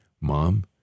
Mom